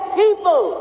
people